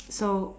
so